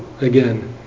again